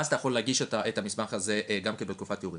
ואז אתה יכול להגיש את המסמך הזה גם כן בתקופת הערעור.